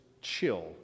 chill